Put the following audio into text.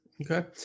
Okay